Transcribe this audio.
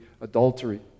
adultery